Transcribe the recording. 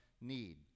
need